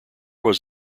was